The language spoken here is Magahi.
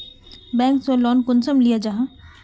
बैंक से लोन कुंसम लिया जाहा?